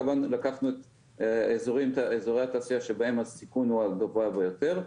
כמובן לקחנו את אזורי התעשייה שבהם הסיכון הוא הגבוה ביותר,